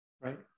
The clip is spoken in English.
Right